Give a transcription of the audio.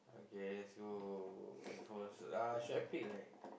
okay let's go Air Force uh should I pick like